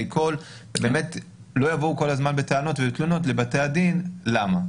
כל ובאמת לא יבואו כל הזמן בטענות ובתלונות לבתי הדין למה.